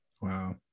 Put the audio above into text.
Wow